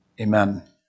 Amen